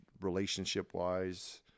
relationship-wise